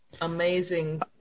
amazing